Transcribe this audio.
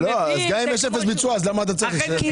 אז אם יש אפס ביצוע אז למה --- כי